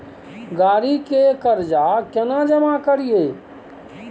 गाड़ी के कर्जा केना जमा करिए?